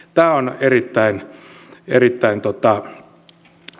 tämä on erittäin merkittävää